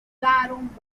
jugaron